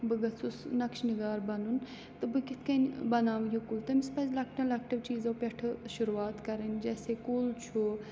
بہٕ گژھُس نَقش نگار بَنُن تہٕ بہٕ کِتھ کٔنۍ بَناوٕ یہِ کُل تٔمِس پَزِ لَکٹٮ۪و لَکٹٮ۪و چیٖزو پٮ۪ٹھٕ شروعات کَرٕنۍ جیسے کُل چھُ